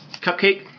cupcake